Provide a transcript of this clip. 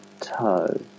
toe